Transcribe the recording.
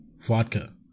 vodka